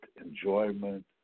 enjoyment